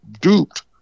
duped